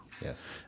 Yes